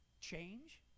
change